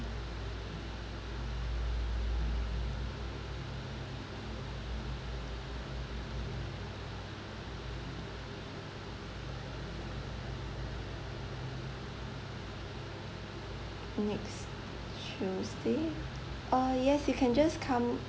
next tuesday uh yes you can just come